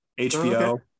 HBO